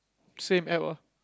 same App ah